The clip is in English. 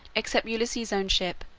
except ulysses' own ship,